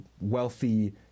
wealthy